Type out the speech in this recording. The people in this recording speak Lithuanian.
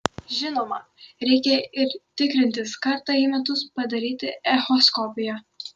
žinoma reikia ir tikrintis kartą į metus padaryti echoskopiją